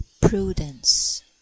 Prudence